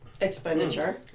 expenditure